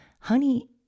Honey